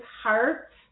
heart